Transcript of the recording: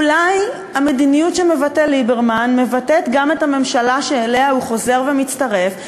אולי המדיניות שמבטא ליברמן מבטאת גם את הממשלה שאליה הוא חוזר ומצטרף?